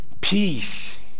peace